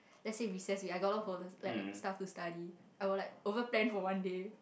let's say recess week I got a lot of folders like stuff to study I will like over plan for one day